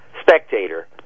spectator